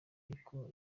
uko